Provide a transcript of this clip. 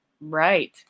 Right